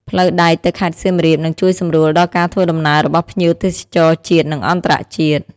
ផ្លូវដែកទៅខេត្តសៀមរាបនឹងជួយសម្រួលដល់ការធ្វើដំណើររបស់ភ្ញៀវទេសចរជាតិនិងអន្តរជាតិ។